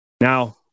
Now